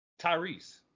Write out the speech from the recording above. Tyrese